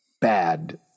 bad